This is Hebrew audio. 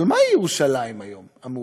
אבל מהי היום ירושלים המאוחדת?